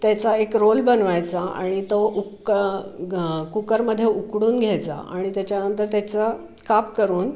त्याचा एक रोल बनवायचा आणि तो उक्क ग कुकरमध्ये उकडून घ्यायचा आणि त्याच्यानंतर त्याचा काप करून